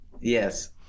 Yes